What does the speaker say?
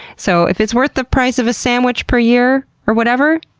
so if it's worth the price of a sandwich per year, or whatever,